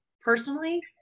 personally